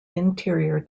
interior